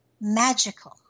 magical